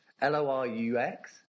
L-O-R-U-X